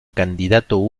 candidato